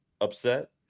upset